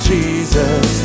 Jesus